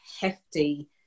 hefty